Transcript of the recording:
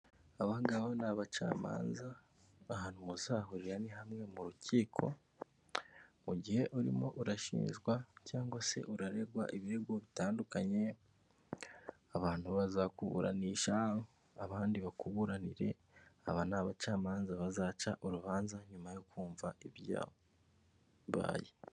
Aba ngaba ni abacamanza ahantu muzahurira ni hamwe mu rukiko mu gihe urimo urashinjwa cyangwa se uraregwa ibirego bitandukanye, abantu bazakuburanisha, abandi bakuburanire, aba ni abacamanza bazaca urubanza nyuma yo kumva ibyabaye.